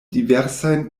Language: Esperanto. diversajn